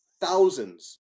thousands